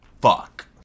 Fuck